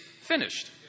finished